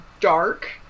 dark